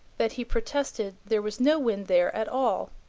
that he protested there was no wind there at all.